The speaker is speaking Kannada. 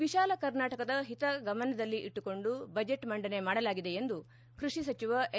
ವಿಶಾಲ ಕರ್ನಾಟಕದ ಹಿತ ಗಮನದಲ್ಲಿ ಇಟ್ಲುಕೊಂಡು ಬಜೆಟ್ ಮಂಡನೆ ಮಾಡಲಾಗಿದೆ ಎಂದು ಕೈಷಿ ಸಚಿವ ಎನ್